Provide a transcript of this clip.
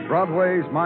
Broadway's